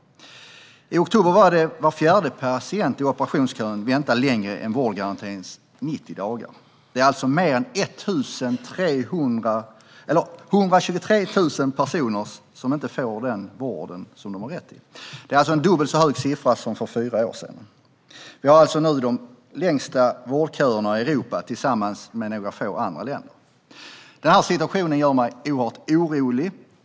I oktober hade var fjärde patient i operationskön väntat längre än vårdgarantins 90 dagar. Det är alltså mer än 123 000 personer som inte får den vård de har rätt till. Det är en dubbelt så hög siffra som för fyra år sedan. Vi har nu de längsta vårdköerna i Europa tillsammans med några få andra länder. Situationen gör mig oerhört orolig.